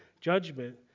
judgment